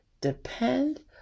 depend